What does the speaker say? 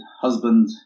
husband